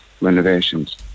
renovations